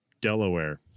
Delaware